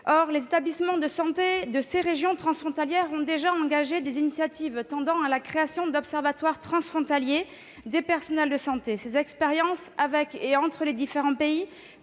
Les établissements de santé de ces régions frontalières ont déjà pris des initiatives tendant à la création d'observatoires transfrontaliers des personnels de santé. Ces expériences conduites entre les différents pays